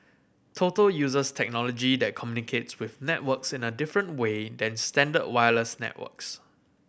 total uses technology that communicates with networks in a different way than standard wireless networks